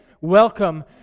Welcome